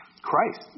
Christ